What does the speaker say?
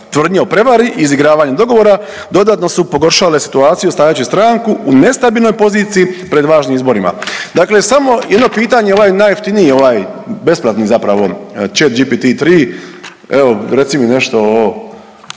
Tvrdnje o prevari, izigravanje dogovora dodatno su pogoršale situaciju stavljajući stranku u nestabilnoj poziciji pred važnim izborima.“ Dakle, samo jedno pitanje. Ovaj najjeftiniji ovaj besplatni zapravo chat GPT tri evo reci mi nešto o